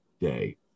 day